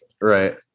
right